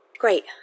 Great